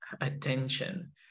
attention